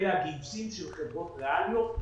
אלה הגיוסים של חברות ריאליות.